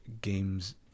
games